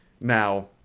now